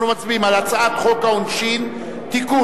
אנחנו מצביעים על הצעת חוק העונשין (תיקון,